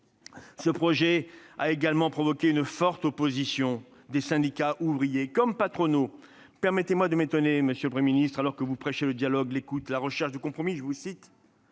Ce projet a également suscité une forte opposition des syndicats, ouvriers comme patronaux. Permettez-moi de m'étonner, monsieur le Premier ministre, alors que vous prêchez « le dialogue, l'écoute, la recherche du compromis », que vous